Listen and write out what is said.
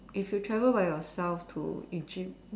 if you travel by yourself to Egypt